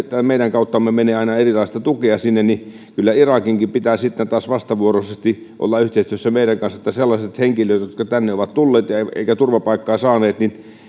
meidän kauttamme menee aina erilaista tukea sinne kyllä irakinkin pitää sitten taas vastavuoroisesti olla yhteistyössä meidän kanssamme että sellaisille henkilöille jotka tänne ovat tulleet eivätkä turvapaikkaa saaneet